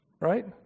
Right